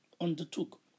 undertook